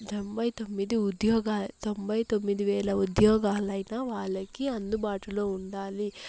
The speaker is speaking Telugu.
తొంభై తొమ్మిది ఉద్యోగాల తొంభై తొమ్మిది వేల ఉద్యోగాలైన వాళ్ళకి అందుబాటులో ఉండాలి